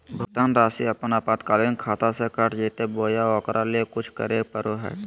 भुक्तान रासि अपने आपातकालीन खाता से कट जैतैय बोया ओकरा ले कुछ करे परो है?